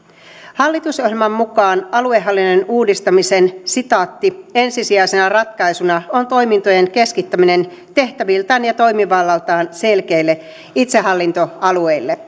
hallitusohjelman mukaan aluehallinnon uudistamisen ensisijaisena ratkaisuna on toimintojen keskittäminen tehtäviltään ja ja toimivallaltaan selkeille itsehallintoalueille